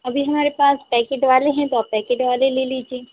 अभी हमारे पास पैकिट वाले हैं तो आप पैकिट वाले ले लीजिए